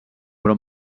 però